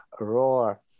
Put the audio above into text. Roar